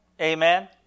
Amen